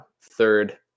third